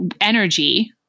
energy